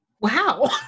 Wow